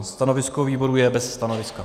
Stanovisko výboru je bez stanoviska.